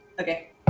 Okay